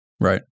Right